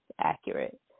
accurate